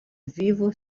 vivo